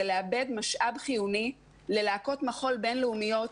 לאבד משאב חיוני ללהקות מחול בין-לאומיות